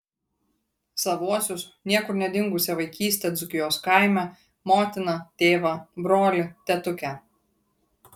savuosius niekur nedingusią vaikystę dzūkijos kaime motiną tėvą brolį tetukę